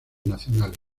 nacionales